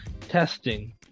Testing